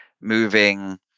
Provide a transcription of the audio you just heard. moving